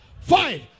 Five